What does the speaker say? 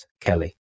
Kelly